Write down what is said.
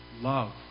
love